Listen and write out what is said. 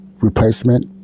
replacement